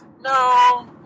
No